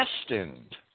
destined